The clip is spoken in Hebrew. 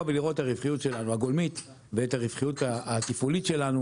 ולראות את הרווחיות שלנו הגולמית ואת הרווחיות התפעולית שלנו,